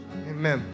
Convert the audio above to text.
amen